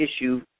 issue